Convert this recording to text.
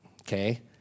Okay